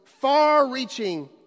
far-reaching